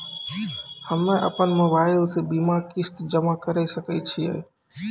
हम्मे अपन मोबाइल से बीमा किस्त जमा करें सकय छियै?